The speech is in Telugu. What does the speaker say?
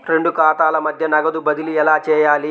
రెండు ఖాతాల మధ్య నగదు బదిలీ ఎలా చేయాలి?